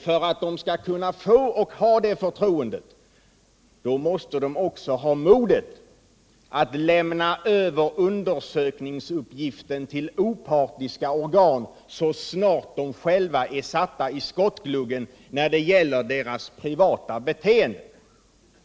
För att de skall kunna få och behålla det förtroendet måste de också ha modet att lämna över undersökningsuppgiften till opartiska organ så snart de själva är satta i skottgluggen när det gäller deras privata beteende.